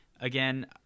again